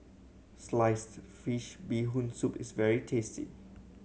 sliced fish Bee Hoon Soup is very tasty